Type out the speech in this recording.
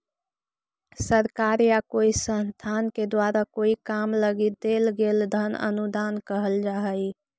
सरकार या कोई संस्थान के द्वारा कोई काम लगी देल गेल धन अनुदान कहल जा हई